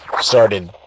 started